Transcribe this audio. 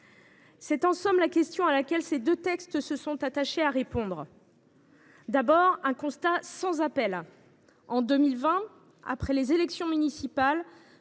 C’est en somme la question à laquelle ces deux textes visent à répondre. Commençons par un constat sans appel : en 2020, après les élections municipales,